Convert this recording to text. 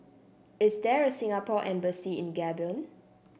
is there a Singapore Embassy in Gabon